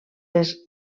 les